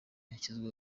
yashyizweho